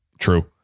True